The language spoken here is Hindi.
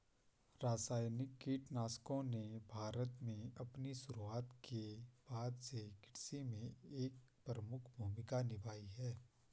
रासायनिक कीटनाशकों ने भारत में अपनी शुरूआत के बाद से कृषि में एक प्रमुख भूमिका निभाई है